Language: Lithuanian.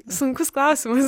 sunkus klausimas